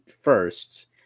first